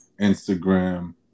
instagram